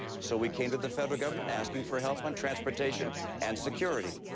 so we came to the federal government asking for help on transportation and security.